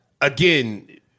Again